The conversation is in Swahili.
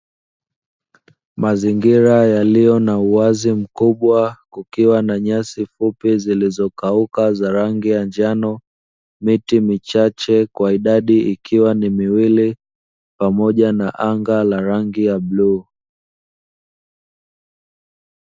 Mazingira yaliyo na uwazi mkubwa kukiwa na nyasi fupi zilizokauka za rangi ya njano, miti michache kwa idadi ikiwa ni miwili pamoja na anga la rangi ya bluu.